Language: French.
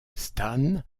stan